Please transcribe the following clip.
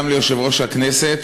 גם ליושב-ראש הכנסת,